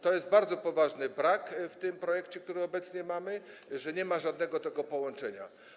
To jest bardzo poważny brak w tym projekcie, który obecnie mamy, że nie ma tutaj żadnego połączenia.